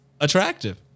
attractive